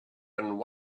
and